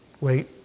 wait